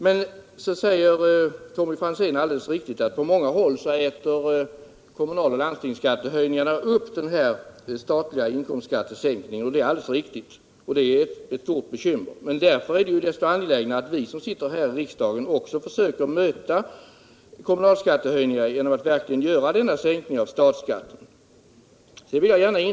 Det är alldeles riktigt som Tommy Franzén säger att på många håll väger kommunaloch landstingsskattehöjningarna upp den statliga inkomstskattesänkningen. Det är ett stort bekymmer, men därför är det desto angelägnare att vi som sitter här i riksdagen också försöker möta kommunalskattehöjningarna genom att verkligen göra denna sänkning av statsskatten.